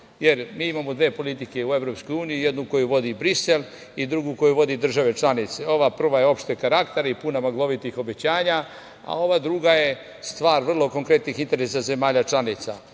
EU. Mi imamo dve politike u EU, jednu koju vodi Brisel i drugu koju vode države članice. Ova prva je opšteg karaktera i puna maglovitih obećanja, a ova druga je stvar vrlo konkretnih interesa zemalja članica.